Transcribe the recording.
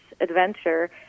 adventure